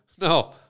No